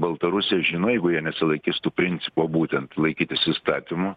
baltarusija žino jeigu jie nesilaikys tų principų būtent laikytis įstatymų